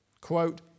Quote